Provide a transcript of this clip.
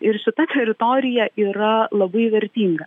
ir šita teritorija yra labai vertinga